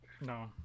No